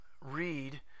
read